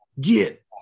get